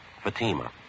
Fatima